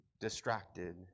distracted